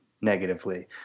negatively